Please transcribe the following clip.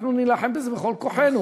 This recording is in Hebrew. אנחנו נילחם על זה בכל כוחנו,